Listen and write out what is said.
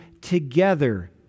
together